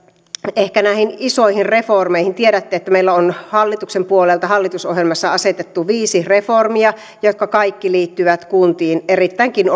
ehkä näihin isoihin reformeihin liittyen tiedätte että meillä on hallituksen puolelta hallitusohjelmassa asetettu viisi reformia jotka kaikki liittyvät kuntiin erittäinkin